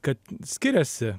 kad skiriasi